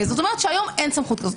כלומר היום אין סמכות כזו.